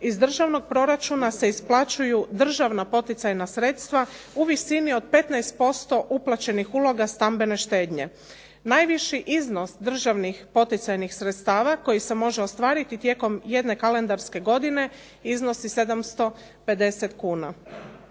iz državnog proračuna se isplaćuju državna poticajna sredstva u visini od 15% uplaćenih uloga stambene štednje. Najviši iznos državnih poticajnih sredstava koji se može ostvariti tijekom jedne kalendarske godine iznosi 750 kuna.